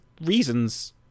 reasons